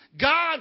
God